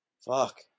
fuck